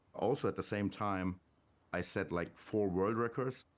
also at the same time i set, like, four world records.